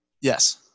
Yes